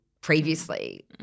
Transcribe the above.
previously